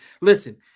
Listen